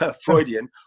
Freudian